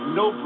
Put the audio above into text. no